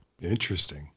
Interesting